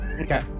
okay